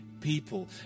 people